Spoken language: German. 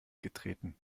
getreten